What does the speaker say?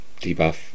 Debuff